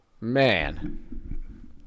Man